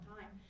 time